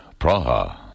Praha